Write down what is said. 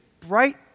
bright